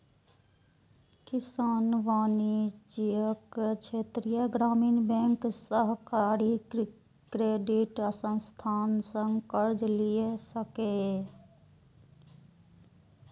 किसान वाणिज्यिक, क्षेत्रीय ग्रामीण बैंक, सहकारी क्रेडिट संस्थान सं कर्ज लए सकैए